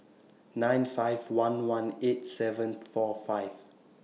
nine five one one eight seven four five